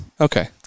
Okay